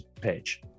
page